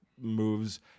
moves